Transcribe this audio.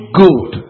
good